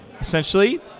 essentially